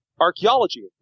Archaeology